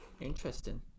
Interesting